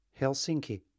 Helsinki